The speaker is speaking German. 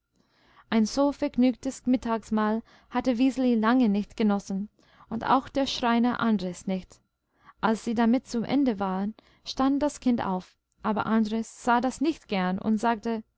ein so vergnügtes mittagsmahl hatte wiseli lange nicht genossen und auch der schreiner andres nicht als sie damit zu ende waren stand das kind auf aber andres sah das nicht gern und sagte